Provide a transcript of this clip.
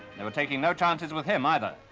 they were taking no chances with him, either.